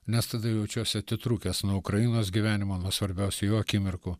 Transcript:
nes tada jaučiuosi atitrūkęs nuo ukrainos gyvenimo nuo svarbiausių jo akimirkų